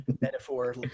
metaphor